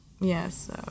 Yes